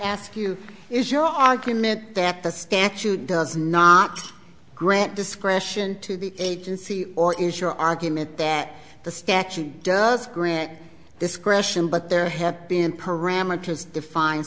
ask you is your argument that the statute does not grant discretion to the agency or is your argument that the statute does grant discretion but there have been parameters defined